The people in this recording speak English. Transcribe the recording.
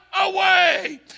away